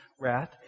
wrath